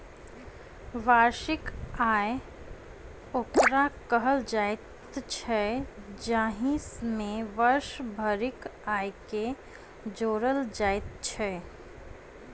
वार्षिक आय ओकरा कहल जाइत छै, जाहि मे वर्ष भरिक आयके जोड़ल जाइत छै